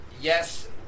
yes